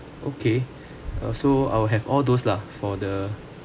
okay uh so I will have all those lah for the